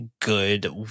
good